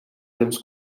temps